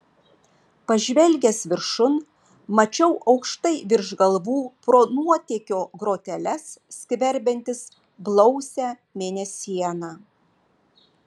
pažvelgęs viršun mačiau aukštai virš galvų pro nuotėkio groteles skverbiantis blausią mėnesieną